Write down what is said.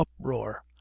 uproar